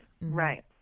right